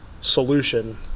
solution